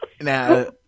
Now